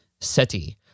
Seti